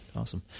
Awesome